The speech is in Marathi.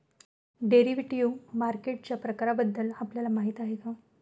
डेरिव्हेटिव्ह मार्केटच्या प्रकारांबद्दल आपल्याला माहिती आहे का?